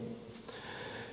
edelleen